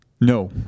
No